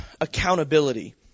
accountability